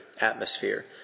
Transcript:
atmosphere